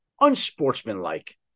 unsportsmanlike